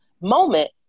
moment